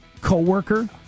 coworker